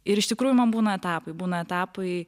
ir iš tikrųjų man būna etapai būna etapai